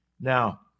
Now